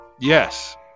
Yes